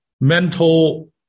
mental